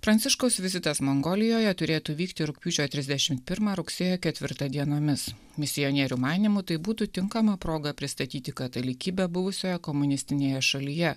pranciškaus vizitas mongolijoje turėtų vykti rugpjūčio trisdešimt pirmą rugsėjo ketvirtą dienomis misionierių manymu tai būtų tinkama proga pristatyti katalikybę buvusioje komunistinėje šalyje